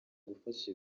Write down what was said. gufasha